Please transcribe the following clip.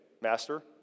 master